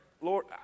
Lord